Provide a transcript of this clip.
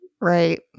Right